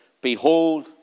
Behold